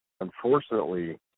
Unfortunately